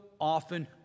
often